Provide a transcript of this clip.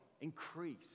Increase